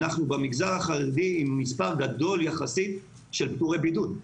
אנחנו עם מספר גדול יחסית של פטורי בידוד.